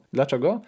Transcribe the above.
Dlaczego